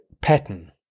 pattern